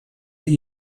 that